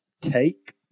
take